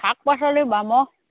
শাক পাচলি বামত